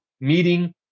meeting